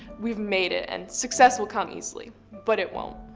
we've made it and success will come easily, but it won't.